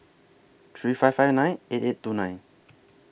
three five five nine eight eight two nine